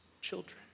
children